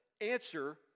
answer